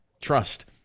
Trust